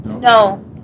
No